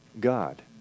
God